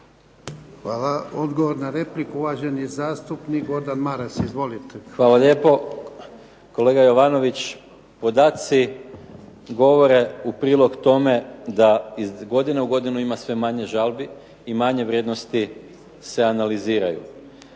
Hvala. Odgovor na repliku, uvaženi zastupnik Gordan Maras. Izvolite. **Maras, Gordan (SDP)** Hvala lijepo. Kolega Jovanović, podaci govore u prilog tome da iz godine u godinu ima sve manje žalbi i manje vrijednosti se analiziraju.